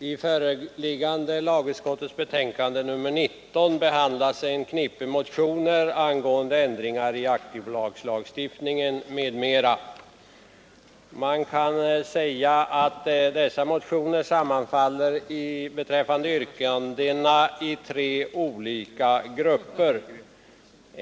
Herr talman! I lagutskottets betänkande nr 19 behandlas ett knippe motioner angående ändringar i aktiebolagslagstiftningen m.m. Man kan säga att dessa motioner beträffande yrkandena bildar tre olika grupper.